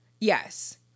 Yes